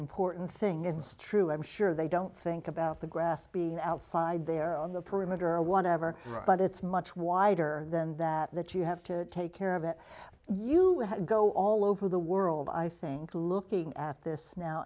important thing it's true i'm sure they don't think about the grass being outside there on the perimeter or whatever but it's much wider than that that you have to take care of that you go all over the world i think looking at this now